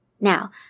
Now